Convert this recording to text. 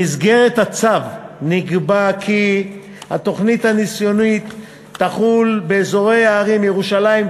במסגרת הצו נקבע כי התוכנית הניסיונית תחול באזורי הערים ירושלים,